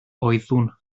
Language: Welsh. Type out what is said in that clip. oeddwn